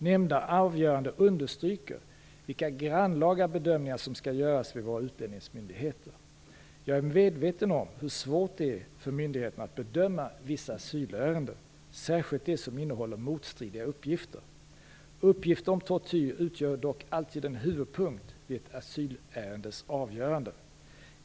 Nämnda avgörande understryker vilka grannlaga bedömningar som skall göras vid våra utlänningsmyndigheter. Jag är medveten om hur svårt det är för myndigheterna att bedöma vissa asylärenden, särskilt de som innehåller motstridiga uppgifter. Uppgifter om tortyr utgör dock alltid en huvudpunkt vid ett asylärendes avgörande.